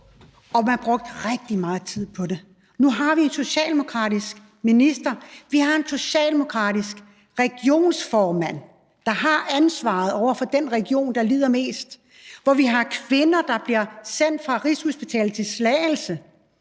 Og man brugte rigtig meget tid på det. Nu har vi en socialdemokratisk minister. Vi har en socialdemokratisk regionsrådsformand, der har ansvaret for den region, der lider mest, og hvor vi har kvinder, der bliver sendt fra Rigshospitalet til Slagelse,